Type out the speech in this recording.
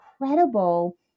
incredible